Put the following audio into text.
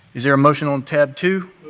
is there a motion on tab two?